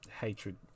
hatred